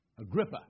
Agrippa